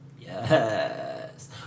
Yes